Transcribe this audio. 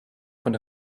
von